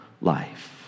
life